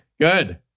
Good